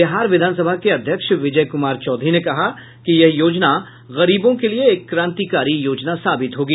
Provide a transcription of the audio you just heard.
बिहार विधानसभा के अध्यक्ष विजय कुमार चौधरी ने कहा कि यह योजना गरीबो के लिए एक क्रांतिकारी योजना साबित होगी